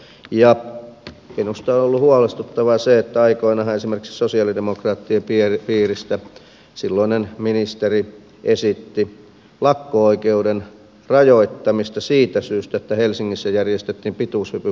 minusta on ollut huolestuttavaa se että aikoinaanhan esimerkiksi sosialidemokraattien piiristä silloinen ministeri esitti lakko oikeuden rajoittamista siitä syystä että helsingissä järjestettiin pituushypyn maailmanmestaruuskilpailut